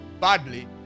badly